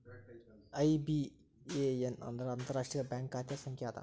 IBAN ಅಂದ್ರ ಅಂತಾರಾಷ್ಟ್ರೇಯ bank ಖಾತೆ ಸಂಖ್ಯಾ ಅದ